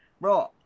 bro